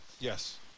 yes